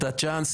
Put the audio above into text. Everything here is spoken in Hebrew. את הצ'אנס,